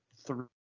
three